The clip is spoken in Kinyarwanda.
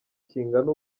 kingana